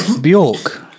Bjork